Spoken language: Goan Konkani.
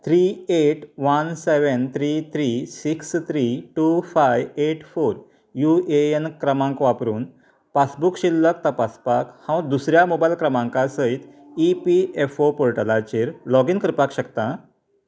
three eight one seven three three six three two five eight four U A N क्रमांक वापरून पासबुक शिल्लक तपासपाक हांव दुसऱ्या मोबायल क्रमांका सयत ई पी एफ ओ पोर्टलाचेर लॉगीन करपाक शकता